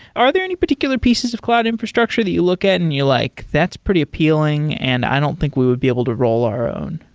are there any particular pieces of cloud infrastructure that you look at and you're like, that's pretty appealing and i don't think we would be able to roll our own?